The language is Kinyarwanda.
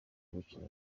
gukina